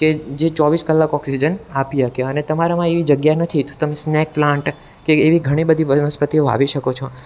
કે જે ચોવીસ કલાક ઑક્સીજન આપી શકે અને તમારામાં એવી જગ્યા નથી તો તમે સ્નેક પ્લાન્ટ કે એવી ઘણી બધી વનસ્પતિઓ વાવી શકો છો